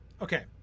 Okay